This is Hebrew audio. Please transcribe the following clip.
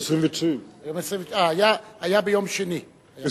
29. אה, היה ביום שני.